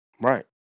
Right